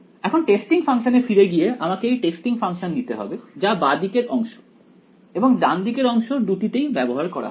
এখন টেস্টিং ফাংশনে ফিরে গিয়ে আমাকে এই টেস্টিং ফাংশন নিতে হবে যা বাঁ দিকের অংশ এবং ডান দিকের অংশ দুটিতেই ব্যবহার করা হবে